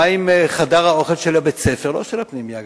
מה עם חדר האוכל של בית-הספר, לא של הפנימייה?